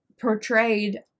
portrayed